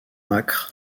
acre